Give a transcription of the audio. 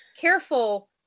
Careful